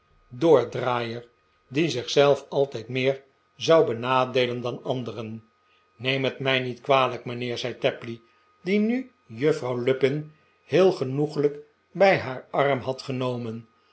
draaier die zich zelf altijd meer zou benadeelen dan anderen neem het mij niet kwalijk mijnheer zei tapley die nu juffrouw lupin heel genoeglijk bij haar arm had genomen